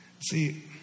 See